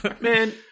Man